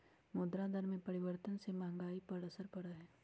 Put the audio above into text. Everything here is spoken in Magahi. मुद्रा दर में परिवर्तन से महंगाई पर असर पड़ा हई